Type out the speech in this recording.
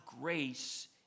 grace